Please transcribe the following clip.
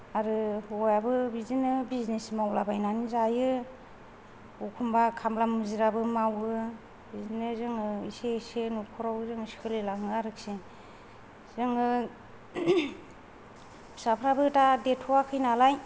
आरो हौवायाबो बिदिनो बिजनेस मावलाबायनानै जायो एखम्बा खामला मुजिराबो मावो बिदिनो जोङो इसे इसे नख'राव जोङो सोलिलाङो आरोखि जोङो फिसाफ्राबो दा देरथवाखै नालाय